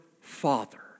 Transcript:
Father